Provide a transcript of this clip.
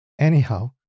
Anyhow